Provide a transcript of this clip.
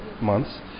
months